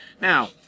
Now